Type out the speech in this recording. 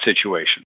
situation